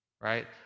right